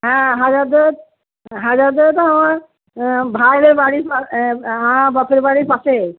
হ্যাঁ ভাইদের বাড়ির আমার বাপের বাড়ির পাশেই